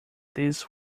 this